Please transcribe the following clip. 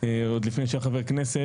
עוד לפני שהיה חבר כנסת,